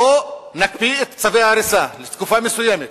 בוא נקפיא את צווי ההריסה לתקופה מסוימת,